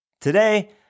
Today